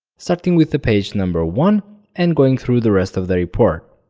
starting with the page number one and going through the rest of the report.